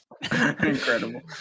incredible